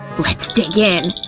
let's dig in!